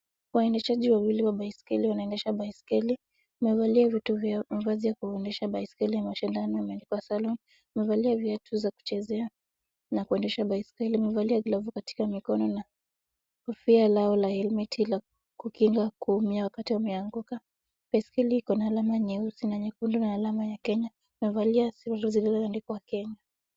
Waendeshaji wawili wa baiskeli wanaendesha baiskeli. Wamevalia vitu vya mavazi ya kuendesha baiskeli ya mashindano, wamejifunga salama. Wamevaa viatu za kuchezea na kuendesha baiskeli, wamevaa glavu katika mikono na kofia lao la helmeti la kukinga kuumia wakati wameanguka. Baiskeli iko na alama nyeusi na nyekundu na alama ya Kenya, wamevalia sare zilizoandikwa Kenya.